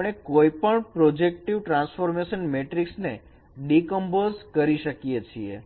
આપણે કોઈપણ projective transformation matrix ને ડીકમ્પોઝ કરી શકીએ છીએ